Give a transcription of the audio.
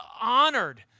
honored